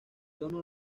tono